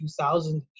2000